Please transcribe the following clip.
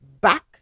back